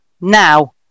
Now